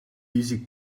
easy